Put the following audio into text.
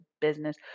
business